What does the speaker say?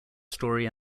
story